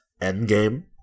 Endgame